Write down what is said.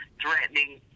threatening